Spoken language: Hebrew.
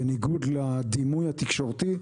בניגוד לדימוי התקשורתי,